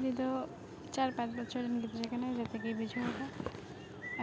ᱩᱱᱤᱫᱚ ᱪᱟᱨ ᱯᱟᱸᱪ ᱵᱚᱪᱷᱚᱨ ᱨᱮᱱ ᱜᱤᱫᱽᱨᱟᱹ ᱠᱟᱱᱟᱭ ᱡᱚᱛᱚᱜᱮᱭ ᱵᱩᱡᱷᱟᱹᱣᱟ